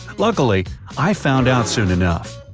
luckily, i found out soon enough.